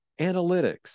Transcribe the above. analytics